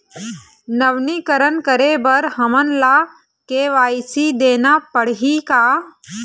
नवीनीकरण करे बर हमन ला के.वाई.सी देना पड़ही का?